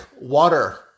water